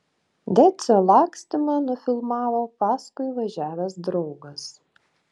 decio lakstymą nufilmavo paskui važiavęs draugas